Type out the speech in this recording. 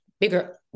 bigger